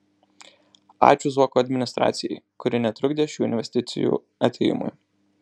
ačiū zuoko administracijai kuri netrukdė šių investicijų atėjimui